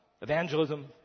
evangelism